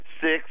six